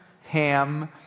Ham